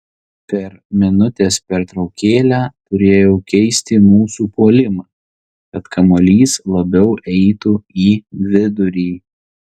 per minutės pertraukėlę turėjau keisti mūsų puolimą kad kamuolys labiau eitų į vidurį